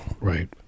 right